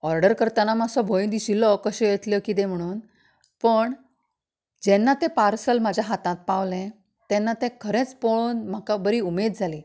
order करतना मातसो भंय दिशिल्लो कश्यो येतल्यो किदें म्हणून पण जेन्ना तें पार्सल म्हज्या हाताक पावलें तेन्ना तें खरेंच पळोवन म्हाका बरी उमेद जाली